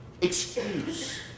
excuse